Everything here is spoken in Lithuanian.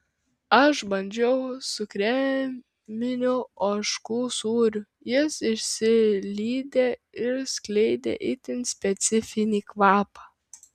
aš bandžiau su kreminiu ožkų sūriu jis išsilydė ir skleidė itin specifinį kvapą